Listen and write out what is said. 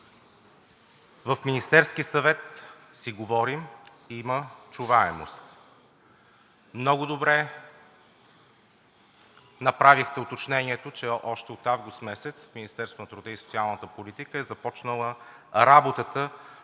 в Министерския съвет си говорим и има чуваемост. Много добре направихте уточнението, че още от август месец в Министерството на труда и социалната политика е започнала работата